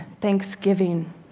thanksgiving